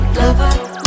lover